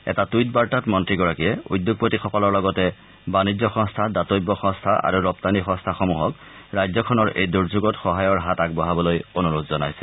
এটা টুইট বাৰ্তাত মন্ত্ৰীগৰাকীয়ে উদ্যোগপতিসকলৰ লগতে বাণিজ্য সংস্থা দাতব্য সংস্থা আৰু ৰপ্তানী সংস্থাসমূহক ৰাজ্যখনৰ এই দূৰ্যোগত সহায়ৰ হাত আগবঢ়াবলৈ অনুৰোধ জনাইছে